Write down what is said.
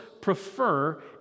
prefer